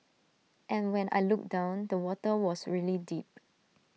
and when I looked down the water was really deep